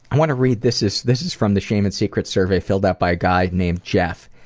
and want to read this is this is from the shame and secrets survey filled out by a guy named jeff.